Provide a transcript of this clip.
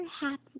happy